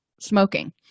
smoking